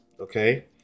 okay